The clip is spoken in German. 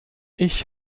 ich